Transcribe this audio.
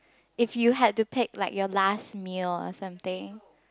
if you had to pick like your last meal or something